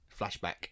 flashback